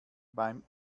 beim